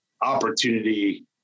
opportunity